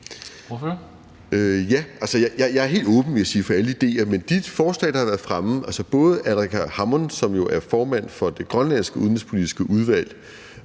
jeg sige, for alle idéer. Et forslag, der har været fremme fra Aleqa Hammond, som jo er formand for det grønlandske udenrigspolitiske udvalg,